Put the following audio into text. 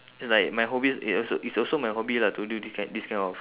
it's like my hobby it also it's also my hobby lah to do this kind this kind of